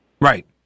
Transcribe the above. Right